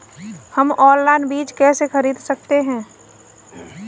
हम ऑनलाइन बीज कैसे खरीद सकते हैं?